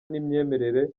n’imyemerere